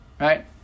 right